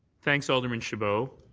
thanks, alderman chapeau.